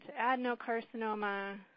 adenocarcinoma